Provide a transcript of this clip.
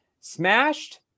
Smashed